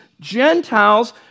Gentiles